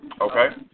Okay